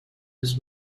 his